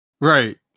Right